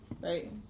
right